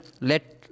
let